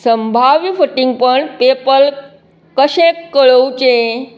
संभाव्य फटींगपण पेपल्क कशें कळोवचें